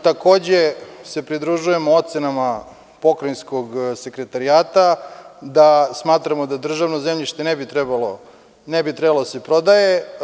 Takođe se pridružujem ocenama Pokrajinskog sekretarijata da smatramo da državno zemljište ne bi trebalo da se prodaje.